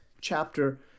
chapter